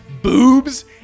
Boobs